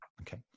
Okay